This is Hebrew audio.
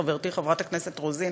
חברתי חברת הכנסת רוזין,